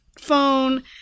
phone